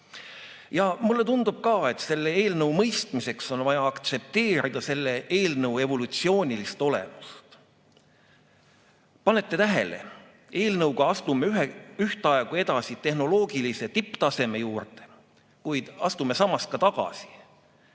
Mulle tundub ka, et selle eelnõu mõistmiseks on vaja aktsepteerida selle eelnõu evolutsioonilist olemust. Panete tähele, eelnõuga astume ühtaegu edasi tehnoloogilise tipptaseme juurde, kuid astume samas ka tagasi,